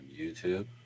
YouTube